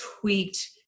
tweaked